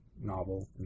novel